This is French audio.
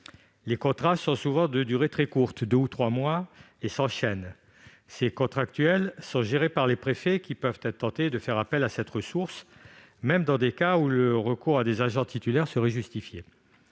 Les contrats sont souvent de durée très courte- deux ou trois mois tout au plus -et s'enchaînent. Les contractuels sont gérés par les préfets qui peuvent être tentés de faire appel à cette ressource, même dans des cas où le recours à des agents titulaires serait justifié.